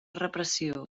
repressió